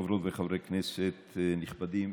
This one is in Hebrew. חברות וחברי כנסת נכבדים,